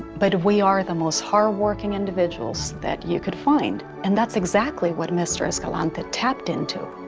but we are the most hardworking individuals that you could find. and that's exactly what mr. escalante tapped into